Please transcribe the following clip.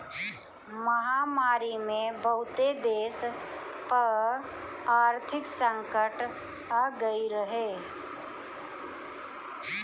महामारी में बहुते देस पअ आर्थिक संकट आगई रहे